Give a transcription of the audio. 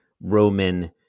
Roman